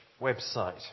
website